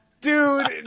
Dude